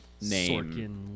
name